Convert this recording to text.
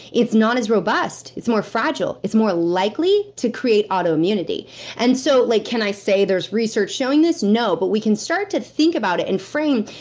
it's not as robust. it's more fragile. it's more likely to create auto immunity and so, like can i say there's research showing this? no, but we can start to think about it and frame,